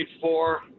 four